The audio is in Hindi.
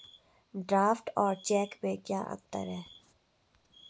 ड्राफ्ट और चेक में क्या अंतर है?